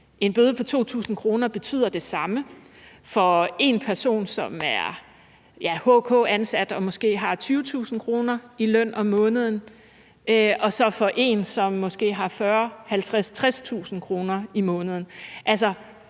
en bøde på 2.000 kr. betyder det samme for en person, som er HK-ansat og måske har 20.000 kr. i løn om måneden, som det gør for en, som måske har 40.000, 50.000,